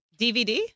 DVD